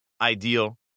ideal